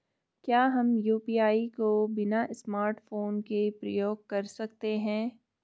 क्या हम यु.पी.आई को बिना स्मार्टफ़ोन के प्रयोग कर सकते हैं?